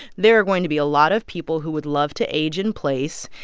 there are going to be a lot of people who would love to age in place,